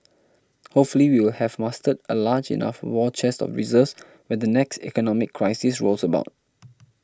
hopefully we will have mustered a large enough war chest of reserves when the next economic crisis rolls about